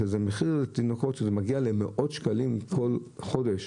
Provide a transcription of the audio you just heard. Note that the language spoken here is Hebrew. שזה מחיר של תינוקות שזה מגיע למאות שקלים כל חודש,